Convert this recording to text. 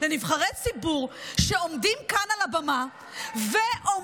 לנבחרי ציבור שעומדים כאן על הבמה ואומרים